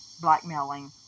blackmailing